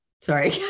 Sorry